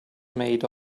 made